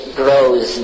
grows